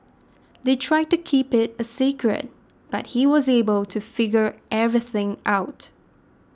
they tried to keep it a secret but he was able to figure everything out